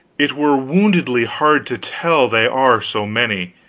it were woundily hard to tell, they are so many,